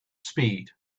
speed